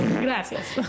Gracias